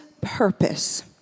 purpose